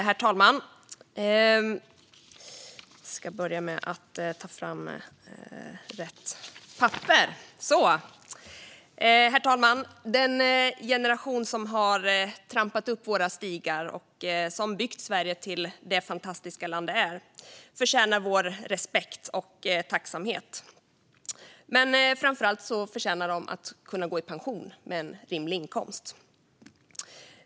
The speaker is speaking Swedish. Herr talman! Den generation som trampat upp våra stigar och byggt Sverige till det fantastiska land det är förtjänar vår respekt och tacksamhet. Men framför allt förtjänar de att kunna gå i pension med en rimlig inkomst.